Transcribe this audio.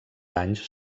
anys